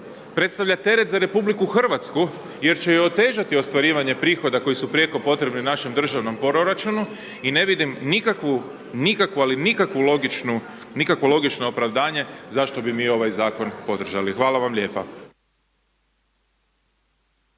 predstavlja teret za RH jer će joj otežati ostvarivanje prihoda koji su prijeko potrebni našem državnom proračunu i ne vidim nikakvu, nikakvu, ali nikakvu logično, nikakvo logično opravdanje zašto bi mi ovaj Zakon podržali. Hvala vam lijepo.